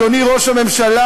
אדוני ראש הממשלה,